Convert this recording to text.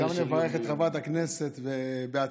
אז גם נברך את חברת הכנסת בהצלחה,